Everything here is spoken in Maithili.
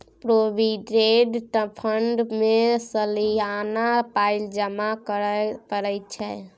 प्रोविडेंट फंड मे सलियाना पाइ जमा करय परय छै